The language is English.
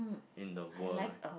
in the world right